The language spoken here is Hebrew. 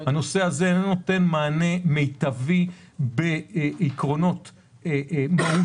החוק הזה אינו נותן מענה מיטבי בעקרונות מהותיים,